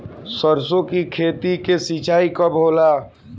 सरसों की खेती के सिंचाई कब होला?